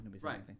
Right